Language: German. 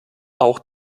auch